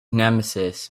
nemesis